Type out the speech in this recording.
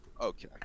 Okay